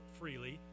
freely